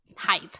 Hype